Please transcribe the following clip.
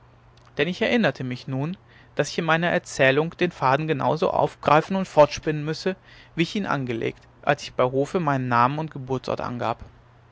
denn ich erinnerte mich nun daß ich in meiner erzählung den faden genau so aufgreifen und fortspinnen müsse wie ich ihn angelegt als ich bei hofe meinen namen und geburtsort angab